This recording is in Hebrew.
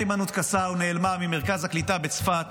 היימנוט קסאו נעלמה ממרכז הקליטה בצפת